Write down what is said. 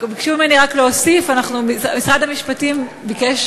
ביקשו ממני להוסיף, משרד המשפטים ביקש